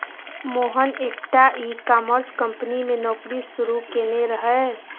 मोहन एकटा e commerce company मे नौकरी शुरू केने रहय